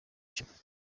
ishema